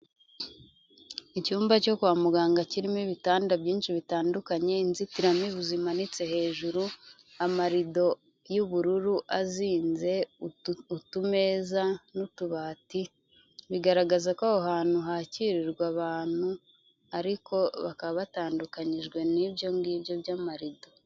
Icyumba cyo kwa muganga kirimo ibitanda byinshi bitandukanye, inzitiramibu zimanitse hejuru, amarido y'ubururu azinze, utumeza n'utubati, bigaragaza ko aho hantu hakirirwa abantu ariko bakaba batandukanyijwe n'ibyo ngibyo by'amarido.